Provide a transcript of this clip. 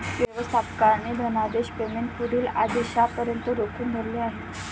व्यवस्थापकाने धनादेश पेमेंट पुढील आदेशापर्यंत रोखून धरले आहे